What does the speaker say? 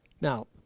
Now